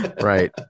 Right